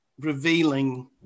revealing